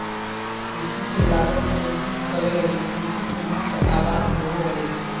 कृषि के लागत नियंत्रित करे लगी कृषि के मुख्य आदान होबो हइ